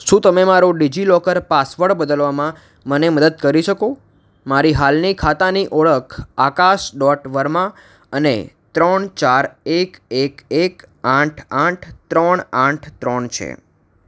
શું તમે મારો ડિજિલોકર પાસવડ બદલવામાં મને મદદ કરી શકો મારી હાલની ખાતાની ઓળખ આકાશ ડૉટ વર્મા અને ત્રણ ચાર એક એક એક આઠ આઠ ત્રણ આઠ ત્રણ છે